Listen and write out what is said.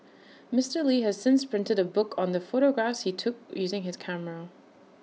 Mister li has since printed A book on the photographs he took using his camera